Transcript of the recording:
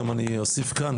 אני אוסיף כאן,